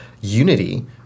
Unity